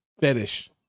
fetish